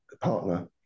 partner